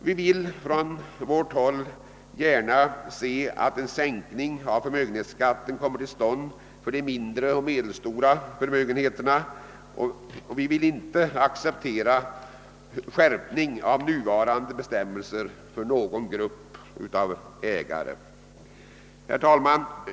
Vi vill på vårt håll gärna se att en sänkning av förmögenhetsskatten kommer till stånd för de mindre och medelstora förmögenheterna. Vi vill inte acceptera en skärpning av nuvarande bestämmelser för någon grupp av ägare. Herr talman!